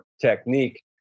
technique